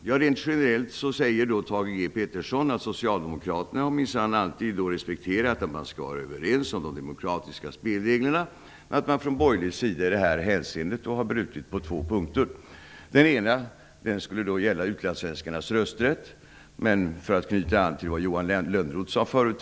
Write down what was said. Rent generellt säger Thage G Peterson att Socialdemokraterna minsann alltid har respekterat att man skall vara överens om de demokratiska spelreglerna och att borgarna har brutit mot detta på två punkter. En punkt skulle gälla utlandssvenskarnas rösträtt. Men låt mig knyta an till vad Johan Lönnroth sade tidigare.